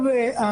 כאן